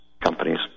companies